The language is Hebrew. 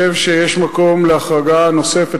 אני חושב שיש מקום להחרגה נוספת,